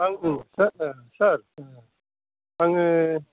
आङो सार आङो